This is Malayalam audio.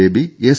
baby S